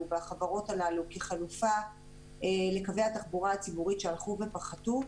והחברות הללו כחלופה לקווי התחבורה הציבורית שהלכו ופחתו,